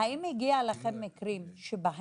האם הגיעו לכם מקרים שבהם